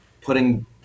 putting